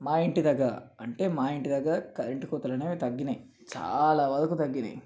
మా ఇంటి దగ్గర అంటే మా ఇంటి దగ్గర కరెంటు కోతలు అనేవి తగ్గాయి చాలా వరకు తగ్గాయి